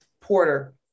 Porter